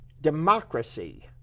democracy